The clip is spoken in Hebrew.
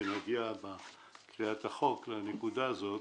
כשנגיע בקריאת החוק לנקודה הזאת,